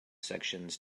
sections